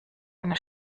eine